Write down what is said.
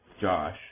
Josh